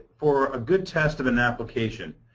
for a good test of an application,